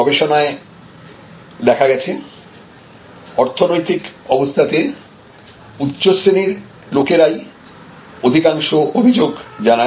গবেষণায় দেখা গেছে অর্থনৈতিক অবস্থাতে উচ্চশ্রেণীর লোকেরাই অধিকাংশ অভিযোগ জানায়